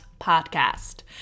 podcast